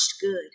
good